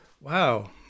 wow